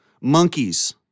Monkeys